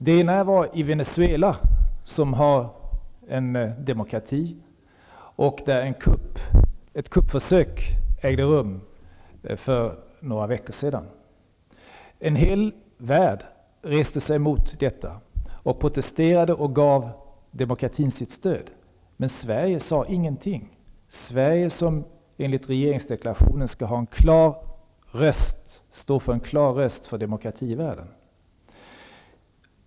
Det var först i Venezuela, som har en demokrati och där ett kuppförsök ägde rum för några veckor sedan. En hel värld reste sig mot detta, protesterade och gav demokratin sitt stöd. Men Sverige sade ingenting -- Sverige, som enligt regeringsdeklarationen skall stå för en klar röst för demokrati i världen.